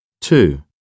Two